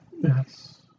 Yes